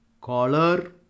collar